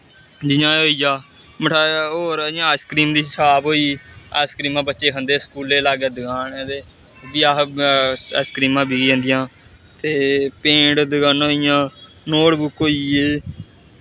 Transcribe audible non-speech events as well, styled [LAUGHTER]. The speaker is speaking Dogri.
जि'यां एह् होई गेआ [UNINTELLIGIBLE] आईसक्रीम दी शॉप होई गेई आईस क्रीमां बच्चे खंदे स्कूलै लाग्गै दकान ऐ ते ओह् बी अस आईस क्रीमां बिकी जंदियां ते पेंट दकानां होई गेइयां नोटबुक्क होई गे